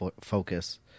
focus